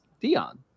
Dion